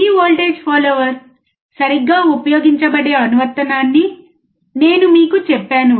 ఈ voltage follower సరిగ్గా ఉపయోగించబడే అనువర్తనాన్ని నేను మీకు చెప్పాను